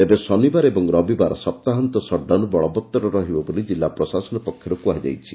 ତେବେ ଶନିବାର ଓ ରବିବାର ସପ୍ଠାହନ୍ତ ସଟ୍ଡାଉନ ବଳବତ୍ତର ରହିବ ବୋଲି କିଲ୍ଲା ପ୍ରଶାସନ ପକ୍ଷରୁ ସୂଚନା ଦିଆଯାଇଛି